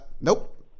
nope